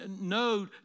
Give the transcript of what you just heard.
no